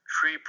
three